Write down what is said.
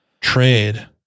trade